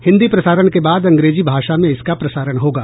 हिन्दी प्रसारण के बाद अंग्रेजी भाषा में इसका प्रसारण होगा